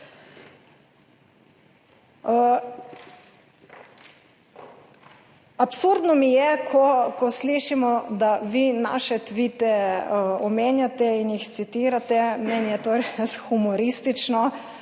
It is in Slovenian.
Absurdno mi je, ko slišimo, da vi naše tvite omenjate in jih citirate. Meni je to res humoristično